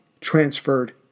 transferred